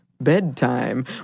bedtime